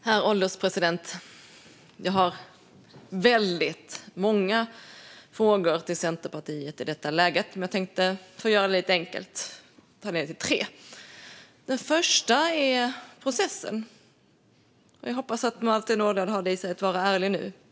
Herr ålderspresident! Jag har väldigt många frågor till Centerpartiet i detta läge, men för att göra det lite enkelt tar jag ned dem till tre. Den första gäller processen, och jag hoppas att Martin Ådahl har i sig att vara ärlig nu.